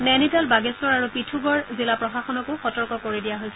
নেইনিতাল বাগেশ্বৰ আৰু পিথুগড় জিলা প্ৰশাসনকো সতৰ্ক কৰি দিয়া হৈছে